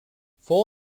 full